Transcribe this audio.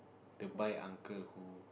the bike uncle who